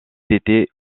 été